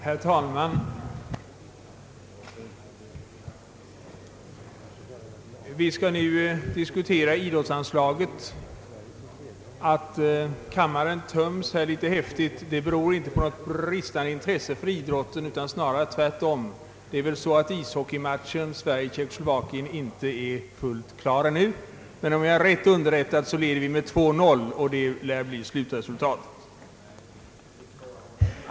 Herr talman! Vi skall nu diskutera idrottsanslaget. Att kammaren samtidigt töms litet häftigt beror inte på något bristande intresse för idrotten utan snarare tvärtom. TV-sändningen från ishockeymatchen Sverige—Tjeckoslovakien är inte helt klar ännu, men om jag är riktigt underrättad, leder vi med 2—0, och det lär bli slutresultatet!